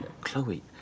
Chloe